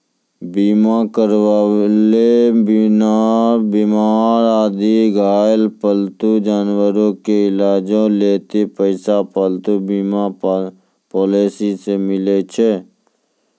बीमा करैलो बीमार आकि घायल पालतू जानवरो के इलाजो लेली पैसा पालतू बीमा पॉलिसी से मिलै छै